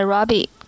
Robbie